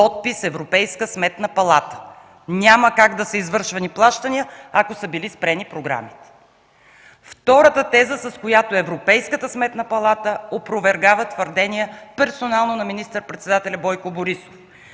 Подпис – Европейска сметна палата. Няма как да са извършвания плащания, ако са били спрени програмите. Втората теза, с която Европейската сметна палата опровергава твърдение персонално на министър-председателя Бойко Борисов